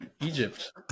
egypt